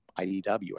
idw